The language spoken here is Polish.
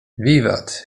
wiwat